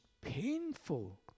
painful